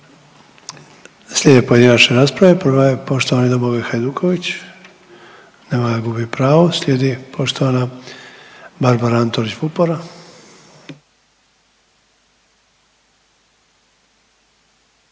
Slijedi pojedinačna rasprava i prva je poštovani Domagoj Hajduković. Nema ga, gubi pravo. Slijedi poštovana Barbara Antolić Vupora.